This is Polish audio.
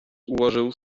ułożył